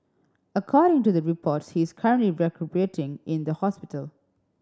according to the reports he is currently recuperating in the hospital